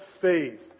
faith